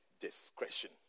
discretion